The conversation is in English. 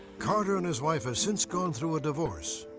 carter and his wife have since gone through a divorce.